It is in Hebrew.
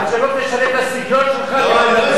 עד שלא תשנה את הסגנון שלך, לא אדבר.